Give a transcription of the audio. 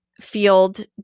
field